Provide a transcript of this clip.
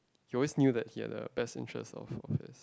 he always knew that he had a best interest of of his